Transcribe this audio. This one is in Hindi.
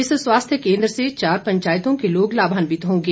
इस स्वास्थ्य केंद्र से चार पंचायतों के लोग लाभान्वित होंगे